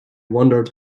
wondered